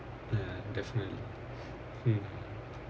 ya definitely mm